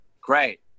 Great